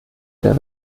der